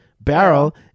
barrel